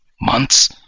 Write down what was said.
Months